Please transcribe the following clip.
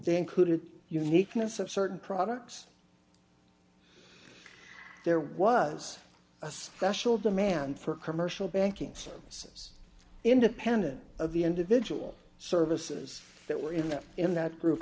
they included uniqueness of certain products there was a special demand for commercial banking services independent of the individual services that were in that in that group